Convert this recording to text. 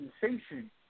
sensation